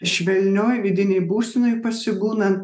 švelnioj vidinėj būsenoj pasibūnant